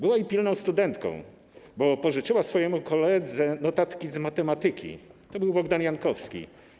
Była i pilną studentką, bo pożyczyła swojemu koledze notatki z matematyki, to był Bogdan Jankowski.